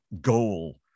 goal